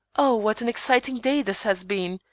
oh, what an exciting day this has been!